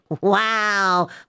Wow